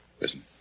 Listen